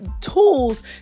tools